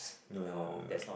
no no no no no